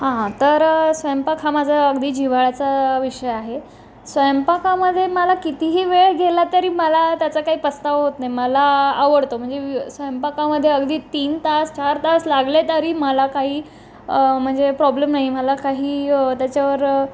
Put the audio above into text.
हा तर स्वयंपाक हा माझा अगदी जिव्हाळ्याचा विषय आहे स्वयंपाकामधे मला कितीही वेळ गेला तरी मला त्याचा काही पस्तावा होत नाही मला आवडतो म्हणजे स्वयंपाकामध्ये अगदी तीन तास चार तास लागले तरी मला काही म्हणजे प्रॉब्लेम नाही मला काही त्याच्यावर